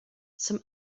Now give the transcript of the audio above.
some